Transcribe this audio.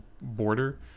border